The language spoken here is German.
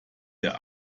der